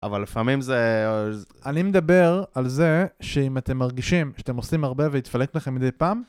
אבל לפעמים זה... -אני מדבר על זה שאם אתם מרגישים שאתם עושים הרבה והתפלק לכם מדי פעם...